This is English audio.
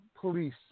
police